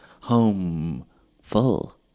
home-full